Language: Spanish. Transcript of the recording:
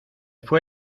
fue